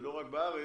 ולא רק בארץ,